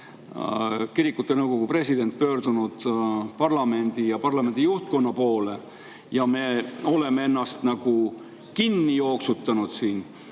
kirikute nõukogu president on pöördunud parlamendi ja parlamendi juhtkonna poole … Me oleme ennast nagu kinni jooksutanud siin